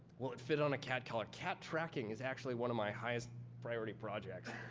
will it fit on a cat collar? cat tracking is actually one of my highest priority projects.